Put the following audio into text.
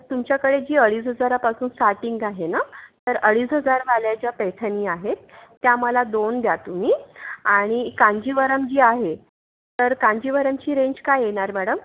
तुमच्याकडे जी अडीच हजारापासून स्टार्टिंग आहे ना तर अडीच हजारवाल्या ज्या पैठणी आहेत त्या मला दोन द्या तुम्ही आणि कांजीवरम जी आहे तर कांजीवरमची रेंज काय येणार मॅडम